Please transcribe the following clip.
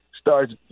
starts